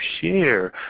share